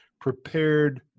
prepared